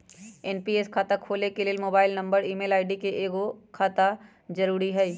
NPS खता खोले के लेल मोबाइल नंबर, ईमेल आई.डी, आऽ एगो बैंक खता जरुरी हइ